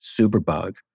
superbug